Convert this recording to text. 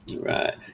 Right